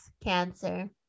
cancer